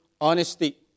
honesty